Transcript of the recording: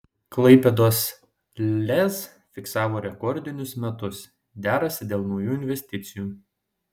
klaipėdos lez fiksavo rekordinius metus derasi dėl naujų investicijų